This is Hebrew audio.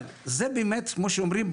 אבל זה באמת כמו שאומרים,